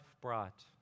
brought